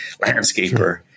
landscaper